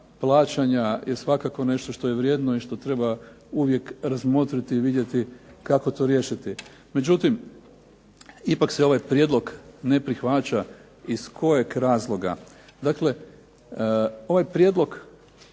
plaćanja je svakako nešto što je vrijedno i što treba uvijek razmotriti i vidjeti kako to riješiti. Međutim, ipak se ovaj prijedlog ne prihvaća. Iz kojeg razloga? Dakle, ovaj prijedlog